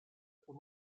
son